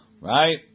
right